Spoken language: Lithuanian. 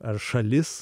ar šalis